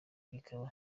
rikaba